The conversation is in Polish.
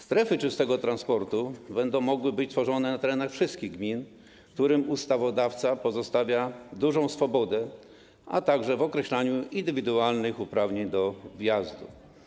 Strefy czystego transportu będą mogły być tworzone na terenach wszystkich gmin, którym ustawodawca pozostawia dużą swobodę, także w określaniu indywidualnych uprawnień do wjazdu.